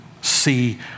see